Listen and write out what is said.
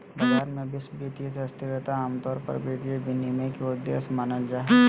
बाजार मे विश्वास, वित्तीय स्थिरता आमतौर पर वित्तीय विनियमन के उद्देश्य मानल जा हय